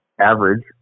average